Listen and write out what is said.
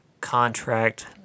contract